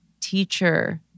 teacher